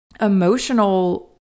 emotional